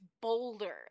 Boulder